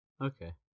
Okay